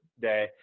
day